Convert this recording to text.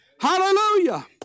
Hallelujah